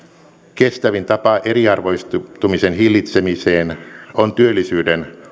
kestävin tapa eriarvoistumisen hillitsemiseen on työllisyyden